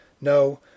no